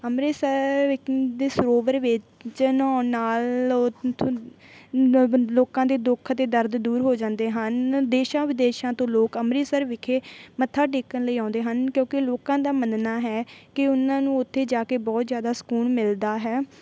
ਅੰਮ੍ਰਿਤਸਰ ਦੇ ਸਰੋਵਰ ਵਿੱਚ ਨਹਾਉਣ ਨਾਲ ਲੋਕਾਂ ਦੇ ਦੁੱਖ ਅਤੇ ਦਰਦ ਦੂਰ ਹੋ ਜਾਂਦੇ ਹਨ ਦੇਸ਼ਾਂ ਵਿਦੇਸ਼ਾਂ ਤੋਂ ਲੋਕ ਅੰਮ੍ਰਿਤਸਰ ਵਿਖੇ ਮੱਥਾ ਟੇਕਣ ਲਈ ਆਉਂਦੇ ਹਨ ਕਿਉਂਕਿ ਲੋਕਾਂ ਦਾ ਮੰਨਣਾ ਹੈ ਕਿ ਉਹਨਾਂ ਨੂੰ ਉੱਥੇ ਜਾ ਕੇ ਬਹੁਤ ਜ਼ਿਆਦਾ ਸਕੂਨ ਮਿਲਦਾ ਹੈ